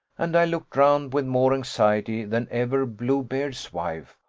and i looked round with more anxiety than ever bluebeard's wife,